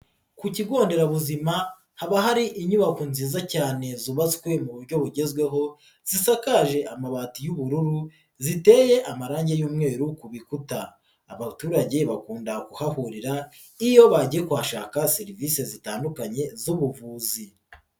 Ku kigo nderabuzima haba hari inyubako nziza cyane zubatswe mu buryo bugezweho zisaje amabati y'ubururu, ziteye amarange y'umweru ku bikuta. Abaturage bakunda kuhahurira iyo bagiye kuhashaka serivise zitandukanye z'ubuvuzi.